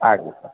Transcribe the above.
ಆಗಲಿ ಸರ್